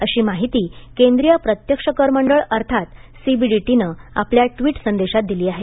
अशी माहिती केंद्रिय प्रत्यक्ष कर मंडळ अर्थात सीबीडीटी नं आपल्या ट्विट संदेशांत दिली आहे